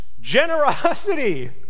Generosity